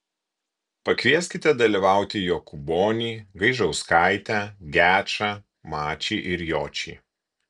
pakvieskite dalyvauti jokūbonį gaižauskaitę gečą mačį ir jočį